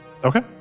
Okay